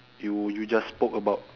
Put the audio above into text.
you you just spoke about